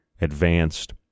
advanced